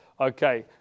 Okay